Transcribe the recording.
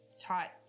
taught